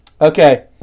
Okay